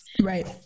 Right